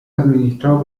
administrado